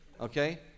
okay